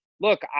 look